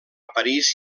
parís